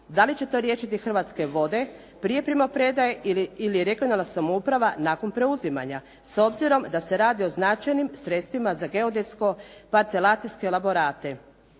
Da li će to riješiti Hrvatske vode prije primopredaje ili regionalna samouprava nakon preuzimanja s obzirom da se radi o značajnim sredstvima za geodetsko-parcelacijske elaborate?